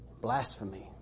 Blasphemy